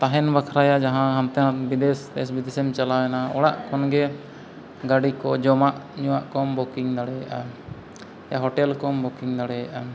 ᱛᱟᱦᱮᱱ ᱵᱟᱠᱷᱟᱨᱟ ᱭᱟ ᱡᱟᱦᱟᱸ ᱫᱮᱥ ᱵᱤᱫᱮᱥᱮᱢ ᱪᱟᱞᱟᱣᱮᱱᱟ ᱚᱲᱟᱜ ᱠᱷᱚᱱᱜᱮ ᱜᱟᱹᱰᱤ ᱠᱚ ᱡᱚᱢᱟᱜᱼᱧᱩᱣᱟᱜ ᱠᱚᱢ ᱵᱩᱠᱤᱝ ᱫᱟᱲᱮᱭᱟᱜᱼᱟ ᱭᱟ ᱦᱳᱴᱮᱞ ᱠᱚᱢ ᱵᱩᱠᱤᱝ ᱫᱟᱲᱮᱭᱟᱜᱼᱟ